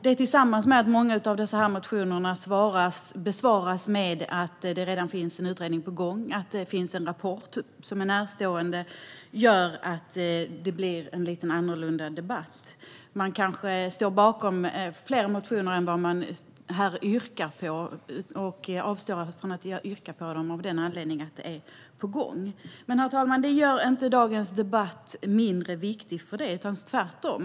Det tillsammans med att många av dessa motioner besvaras med att det redan finns en utredning på gång eller att det finns en rapport som är närstående gör att det blir en lite annorlunda debatt. Man kanske står bakom flera motioner men ändå avstår från att yrka bifall till dem av den anledningen att något är på gång. Men, herr talman, det gör inte dagens debatt mindre viktig, tvärtom.